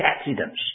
accidents